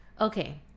Okay